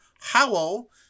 Howell